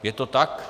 Je to tak?